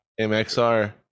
MXR